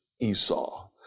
Esau